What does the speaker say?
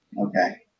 okay